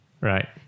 Right